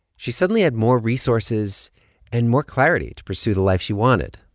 she suddenly had more resources and more clarity to pursue the life she wanted.